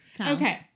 Okay